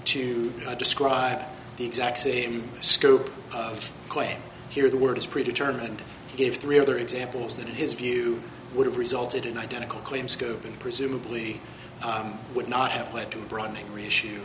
to describe the exact same scope of quite hear the words pre determined gave three other examples that his view would have resulted in identical claim scope and presumably would not have led to a broadening re